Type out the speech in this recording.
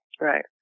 Right